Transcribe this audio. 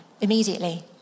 immediately